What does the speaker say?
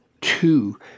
two